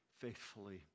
faithfully